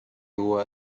were